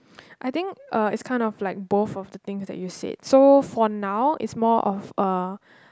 I think uh it's kind of like both of the things that you said so for now is more of uh